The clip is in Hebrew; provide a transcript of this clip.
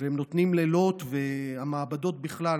והם נותנים לילות, והמעבדות בכלל.